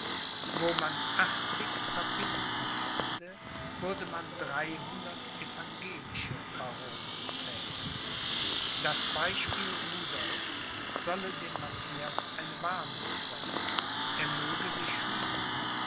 wo man achtzig papisten fände würde man dreihundert evangelische baronen zählen das beispiel rudolphs solle dem matthias eine warnung sein er möge sich hüten